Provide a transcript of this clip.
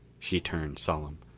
she turned solemn.